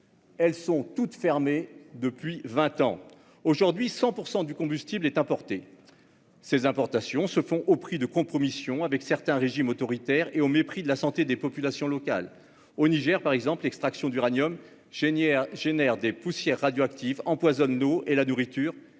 Elles sont toutes fermées depuis vingt ans. Aujourd'hui, 100 % du combustible est importé. Ces importations se font au prix de compromissions avec certains régimes autoritaires et au mépris de la santé des populations locales. Au Niger, par exemple, l'extraction d'uranium suscite des poussières radioactives, empoisonne l'eau et la nourriture